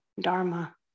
dharma